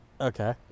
Okay